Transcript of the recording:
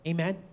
Amen